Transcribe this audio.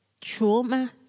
trauma